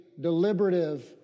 deliberative